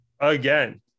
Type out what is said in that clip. Again